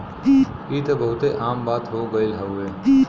ई त बहुते आम बात हो गइल हउवे